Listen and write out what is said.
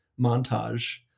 montage